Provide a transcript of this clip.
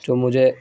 جو مجھے